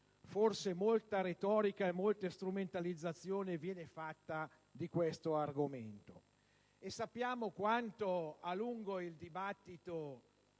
forse molta retorica e molte strumentalizzazioni vengono fatte di questo argomento. Sappiamo quanto a lungo il dibattito